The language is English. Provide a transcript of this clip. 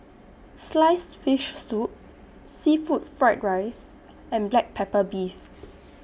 Sliced Fish Soup Seafood Fried Rice and Black Pepper Beef